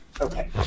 Okay